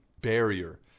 barrier